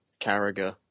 Carragher